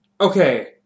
Okay